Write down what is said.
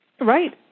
Right